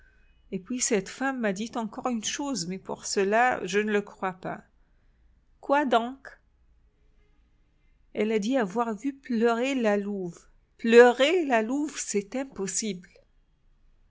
et puis cette femme m'a dit encore une chose mais pour cela je ne le crois pas quoi donc elle a dit avoir vu pleurer la louve pleurer la louve c'est impossible